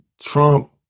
Trump